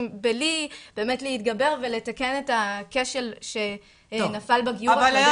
באמת להתגבר ולתקן הכשל שנפל בגיור הקודם.